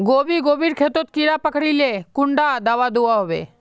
गोभी गोभिर खेतोत कीड़ा पकरिले कुंडा दाबा दुआहोबे?